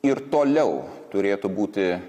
ir toliau turėtų būti